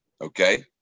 okay